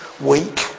weak